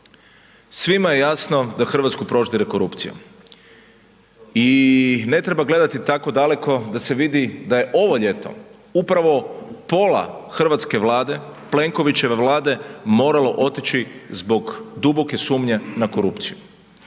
Svima je jasno da Hrvatsku proždire korupcija i ne treba gledati tako daleko da se vidi da je ovo ljeto upravo pola hrvatske Vlade, Plenkovićeve vlade moralo otići zbog duboke sumnje na korupciju